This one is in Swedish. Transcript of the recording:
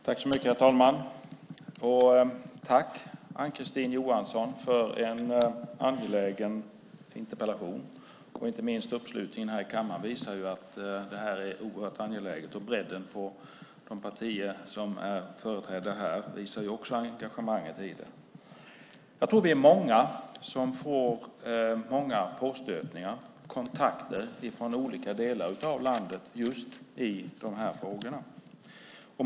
Herr talman! Tack, Ann-Kristine Johansson, för en angelägen interpellation! Inte minst uppslutningen i kammaren visar att frågan är oerhört angelägen. Bredden på de partier som är företrädda här visar också engagemanget i frågan. Jag tror att vi är många som får påstötningar och kontakter från olika delar av landet i dessa frågor.